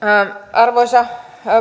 arvoisa